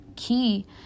key